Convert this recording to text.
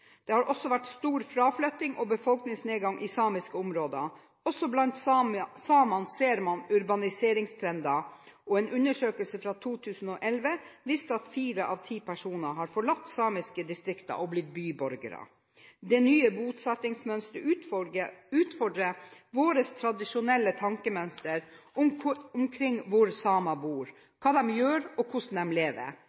Det har også vært stor fraflytting og befolkningsnedgang i samiske områder. Også blant samer ser man urbaniseringstrender, og en undersøkelse fra 2011 viste at fire av ti personer har forlatt samiske distrikter og blitt byborgere. Det nye bosettingsmønsteret utfordrer våre tradisjonelle tankemønstre omkring hvor samer bor,